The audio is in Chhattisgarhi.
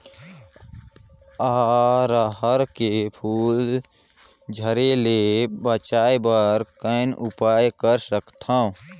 अरहर के फूल झरे ले बचाय बर कौन उपाय कर सकथव?